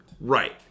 Right